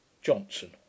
johnson